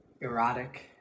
erotic